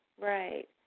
Right